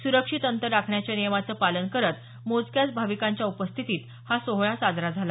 सुरक्षित अंतर राखण्याच्या नियमांचं पालन करत मोजक्याच भाविकांच्या उपस्थितीत हा सोहळा साजरा झाला